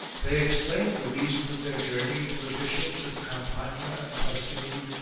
they explained the reason of their journey to the bishops of campania and tuscany,